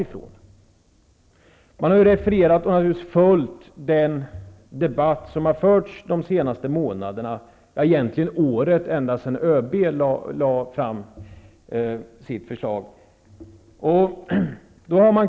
Man har naturligtvis refererat och följt den debatt som har förts de senaste månaderna, ja hela året, sedan ÖB lade fram sitt förslag.